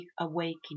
awakening